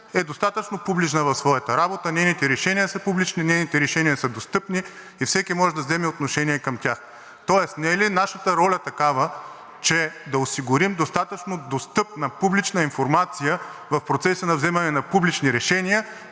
е достатъчно публична в своята работа – нейните решения са публични, нейните решения са достъпни и всеки може да вземе отношение към тях. Тоест, не е ли нашата роля такава, че да осигурим достатъчно достъпна публична информация в процеса на вземане на публични решения,